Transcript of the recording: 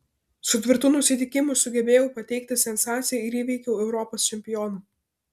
su tvirtu nusiteikimu sugebėjau pateikti sensaciją ir įveikiau europos čempioną